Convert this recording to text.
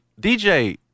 DJ